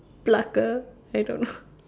plucker I don't know